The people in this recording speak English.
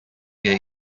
get